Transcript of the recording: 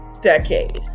decade